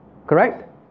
Correct